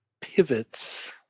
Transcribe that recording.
pivots